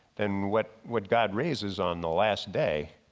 then what what god raises on the last day,